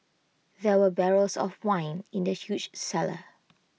there were barrels of wine in the huge cellar